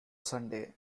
sunday